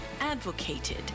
advocated